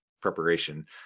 preparation